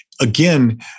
again